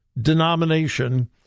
denomination